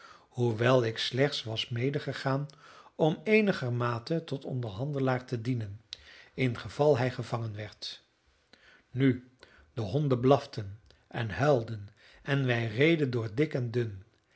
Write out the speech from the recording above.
hoewel ik slechts was medegegaan om eenigermate tot onderhandelaar te dienen ingeval hij gevangen werd nu de honden blaften en huilden en wij reden door dik en dun